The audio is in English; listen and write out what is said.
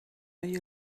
you